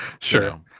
sure